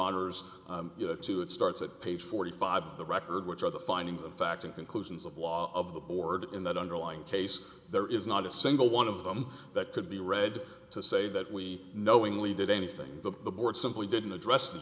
honour's to it starts at page forty five of the record which are the findings of fact in conclusions of law of the board in that underlying case there is not a single one of them that could be read to say that we knowingly did anything the board simply didn't address the